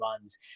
runs